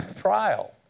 trial